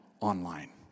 online